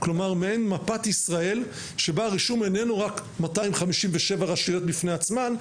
כלומר מעין מפת ישראל שבה הרישום איננו רק 257 רשויות בפני עצמן,